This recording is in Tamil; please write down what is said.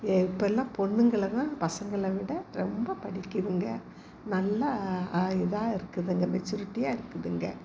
இப்போல்லாம் பொண்ணுங்களை தான் பசங்களை விட ரொம்ப படிக்கிதுங்க நல்லா இதாக இருக்குதுதுங்க மெச்சூரிட்டியாக இருக்குதுங்க